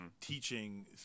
teaching